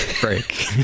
break